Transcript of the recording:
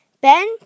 Ben